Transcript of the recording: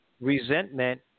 resentment